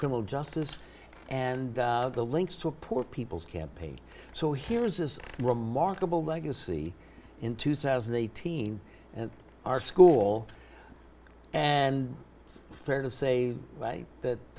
criminal justice and the links to a poor people's campaign so here's this remarkable legacy in two thousand and eighteen and our school and fair to say that that